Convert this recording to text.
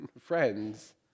friends